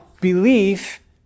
belief